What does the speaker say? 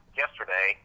yesterday